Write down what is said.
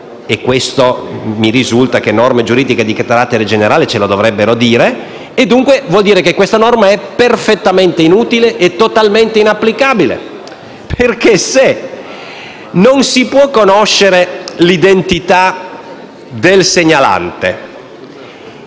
(e mi risulta che norme giuridiche di carattere generale ce lo dovrebbero dire). Dunque, ciò significa che questa norma è perfettamente inutile e totalmente inapplicabile. Infatti, se non si può conoscere l'identità del segnalante